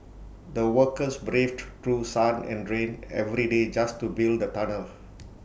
the workers braved through sun and rain every day just to build the tunnel